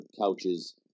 couches